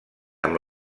amb